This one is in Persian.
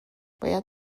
باید